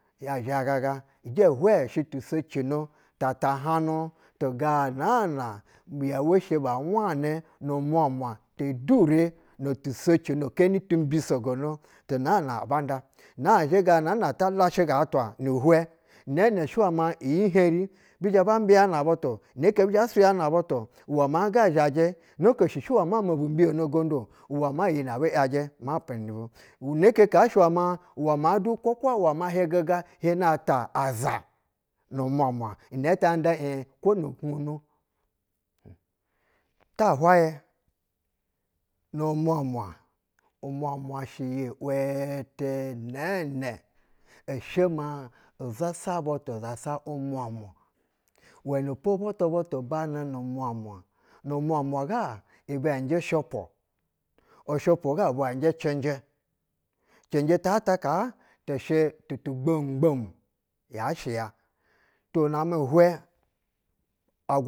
Ya ya ya zhagaga, ijɛ hwɛɛ shɛ tisocino tatahanu ga naa na yɛu shɛ ba nwanɛ nu mwamwa tedure noti socino keni timbi sogono tu naana abanda. Nazhɛ ga naa na ata lashiga atwa ni hwɛ nɛɛnɛ shɛ wɛ ma iyi heri bi zhɛ ba mbiyanɛ butu, noko bizhɛ suyana butu wɛ ma ga zhajɛ nekeshi shɛ wɛ maa mobu mbiyono gonolu-o uwɛ maa iyi nɛ abu yajɛ maa peni bu ineke kaa shɛ uwɛ ma uwɛ ma du kwakwa uwɛ ma higiga hita aza nu mwamwa, inɛtɛ awa iy kwo nu hwunu. Tahwayi, nu mwamwa-o mwamwa Uwɛnɛpo butu butu banɛ nu mwamwa. Nu mwamwa ga ibɛ njɛ shɛpu. Ushɛpu ubwa njɛ cɛnjɛ. Cɛnjɛtaa ta kaatɛ shɛ utuwogbomgbom yshɛ ya. To na mɛ ihwɛ au.